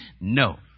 no